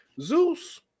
Zeus